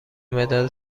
مداد